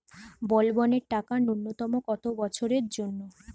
বলবনের টাকা ন্যূনতম কত বছরের জন্য?